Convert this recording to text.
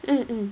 mm mm